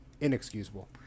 inexcusable